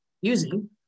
using